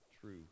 true